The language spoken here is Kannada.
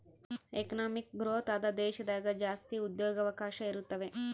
ಎಕನಾಮಿಕ್ ಗ್ರೋಥ್ ಆದ ದೇಶದಾಗ ಜಾಸ್ತಿ ಉದ್ಯೋಗವಕಾಶ ಇರುತಾವೆ